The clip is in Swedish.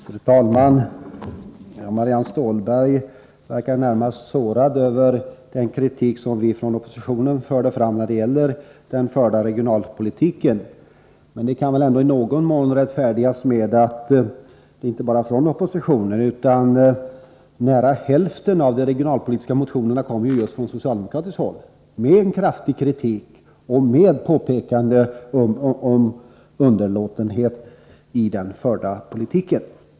Fru talman! Marianne Stålberg verkar närmast sårad över den kritik av den förda regionalpolitiken som vi från oppositionen förde fram. Kritiken kan väl i någon mån rättfärdigas med att den inte enbart kommer från oppositionen. Nära hälften av de regionalpolitiska motionerna kommer ju från socialdemokratiskt håll, med en kraftig kritik och med påpekanden om underlåtenhet i den förda politiken.